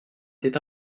était